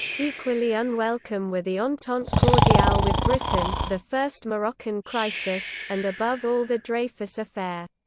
equally unwelcome were the entente cordiale with britain, the first moroccan crisis, and above all the dreyfus affair.